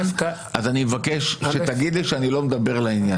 אז אני מבקש שתגיד לי שאני לא מדבר לעניין.